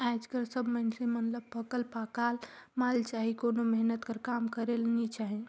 आएज सब मइनसे मन ल पकल पकाल माल चाही कोनो मेहनत कर काम करेक नी चाहे